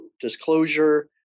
Disclosure